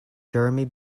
jeremy